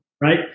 right